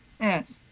Yes